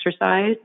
exercise